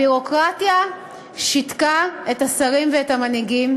הביורוקרטיה שיתקה את השרים ואת המנהיגים,